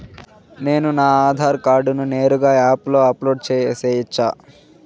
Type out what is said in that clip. నేను నా ఆధార్ కార్డును నేరుగా యాప్ లో అప్లోడ్ సేయొచ్చా?